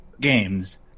games